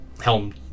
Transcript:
Helm